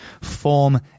form